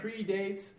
predates